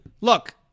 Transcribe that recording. Look